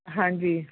ਹਾਂਜੀ